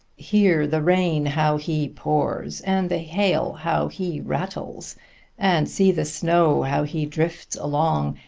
hear the rain, how he pours, and the hail, how he rattles and see the snow, how he drifts along,